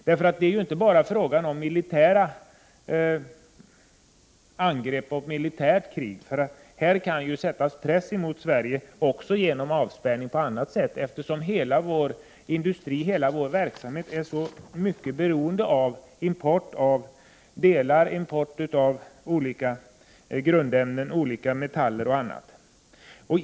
Det är ju inte bara fråga om militära angrepp, utan det kan sättas press mot 45 Sverige också på annat sätt. Vår industri och mycket av andra verksamheter i vårt land är beroende av import — av delar, grundämnen, metaller och annat.